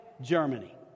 Germany